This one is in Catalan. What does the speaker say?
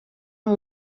amb